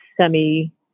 semi